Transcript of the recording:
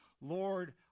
Lord